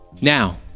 Now